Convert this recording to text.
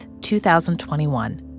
2021